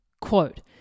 Quote